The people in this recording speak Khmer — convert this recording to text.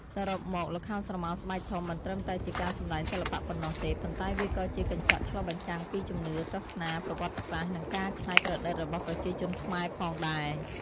សរុបមក ល្ខោនស្រមោលស្បែកធំមិនត្រឹមតែជាការសម្តែងសិល្បៈប៉ុណ្ណោះទេ ប៉ុន្តែវាក៏ជាកញ្ចក់ឆ្លុះបញ្ចាំងពីជំនឿ សាសនា ប្រវត្តិសាស្ត្រ និងការច្នៃប្រឌិតរបស់ប្រជាជនខ្មែរផងដែរ។